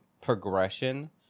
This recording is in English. progression